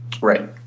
right